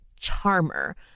charmer